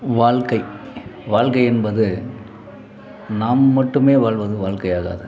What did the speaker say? வாழ்க்கை வாழ்க்கை என்பது நாம் மட்டுமே வாழ்வது வாழ்க்கை ஆகாது